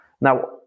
Now